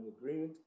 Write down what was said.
Agreement